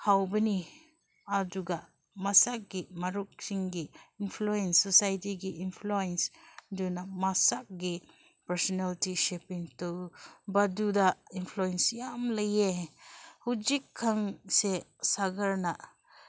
ꯍꯧꯕꯅꯤ ꯑꯗꯨꯒ ꯃꯁꯥꯒꯤ ꯃꯔꯨꯞꯁꯤꯡꯒꯤ ꯏꯟꯐ꯭ꯂꯨꯋꯦꯟꯁ ꯁꯣꯁꯥꯏꯇꯤꯒꯤ ꯏꯟꯐ꯭ꯂꯨꯋꯦꯟꯁ ꯑꯗꯨꯅ ꯃꯁꯥꯒꯤ ꯄꯥꯔꯁꯣꯅꯦꯂꯤꯇꯤ ꯁꯦꯄꯤꯡ ꯇꯧꯕꯗꯨꯗ ꯏꯟꯐ꯭ꯂꯨꯋꯦꯟꯁ ꯌꯥꯝ ꯂꯩꯌꯦ ꯍꯧꯖꯤꯛ ꯀꯥꯟꯁꯦ ꯁꯥꯒꯔꯅ